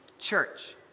Church